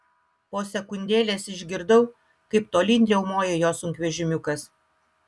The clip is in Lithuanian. po sekundėlės išgirdau kaip tolyn riaumoja jo sunkvežimiukas